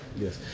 Yes